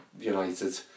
United